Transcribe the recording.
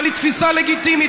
אבל היא תפיסה לגיטימית.